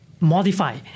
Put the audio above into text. modify